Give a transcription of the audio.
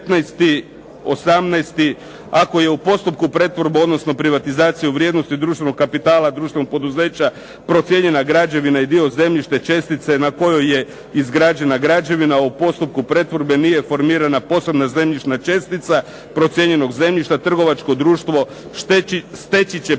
19., 18. ako je u postupku pretvorbe, odnosno privatizacije u vrijednosti društvenog kapitala društvenog poduzeća procijenjena građevina i dio zemljišne čestice na kojoj je izgrađena građevina u postupku pretvorbe nije formirana posebna zemljišna čestica procijenjenog zemljišta trgovačko društvo steći će